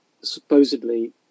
supposedly